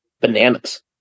bananas